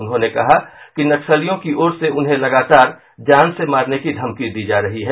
उन्होंने कहा कि नक्सलियों की ओर से उन्हें लगातार जान से मारने की धमकी दी जा रही ह